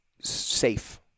safe